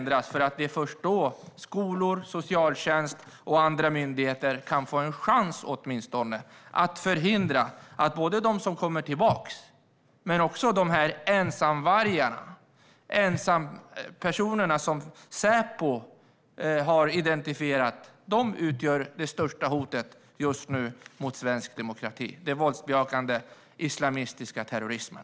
Det är först då skolor, socialtjänst och andra myndigheter har åtminstone en chans att hindra både dem som kommer tillbaka och de ensamvargar som Säpo har identifierat och som utgör det största hotet mot svensk demokrati just nu: den våldsbejakande islamistiska terrorismen.